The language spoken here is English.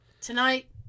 tonight